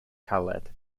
caled